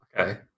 Okay